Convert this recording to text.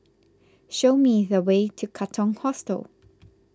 show me the way to Katong Hostel